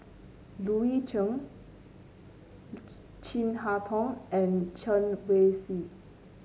Loui Chen Chin Harn Tong and Chen Wen Hsi